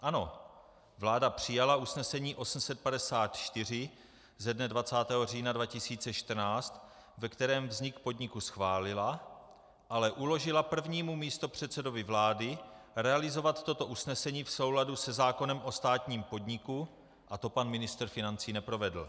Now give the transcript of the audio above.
Ano, vláda přijala usnesení 854 ze dne 20. října 2014, ve kterém vznik podniku schválila, ale uložila prvnímu místopředsedovi vlády realizovat toto usnesení v souladu se zákonem o státním podniku a to pan ministr financí neprovedl.